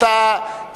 אתה,